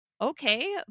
Okay